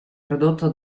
prodotto